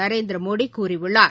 நரேந்திரமோடி கூறியுள்ளார்